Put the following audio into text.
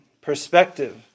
perspective